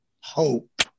hope